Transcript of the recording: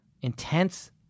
intense